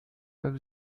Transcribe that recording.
neuf